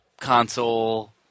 console